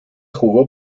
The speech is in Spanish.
jugó